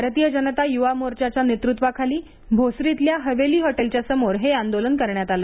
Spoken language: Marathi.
भारतीय जनता युवा मोर्चाच्या नेतृत्वाखाली भोसरीतल्या हवेली हॉटेलच्या समोर हे आंदोलन करण्यात आलं